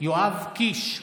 יואב קיש,